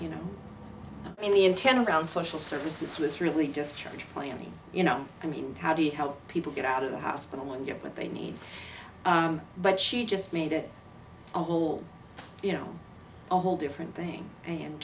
you know in the intended ground social services was really just charge planning you know i mean how do you help people get out of the hospital and get what they need but she just made it all you know a whole different thing in